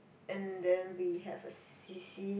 and then we have a c_c